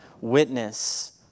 witness